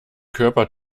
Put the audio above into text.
körper